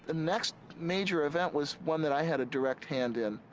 and next major event was one that i had directed hand in.